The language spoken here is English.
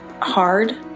hard